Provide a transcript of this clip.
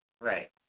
Right